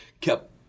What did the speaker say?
kept